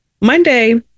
monday